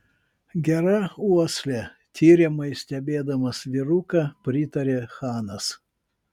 gera uoslė tiriamai stebėdamas vyruką pritarė chanas